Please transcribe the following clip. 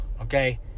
okay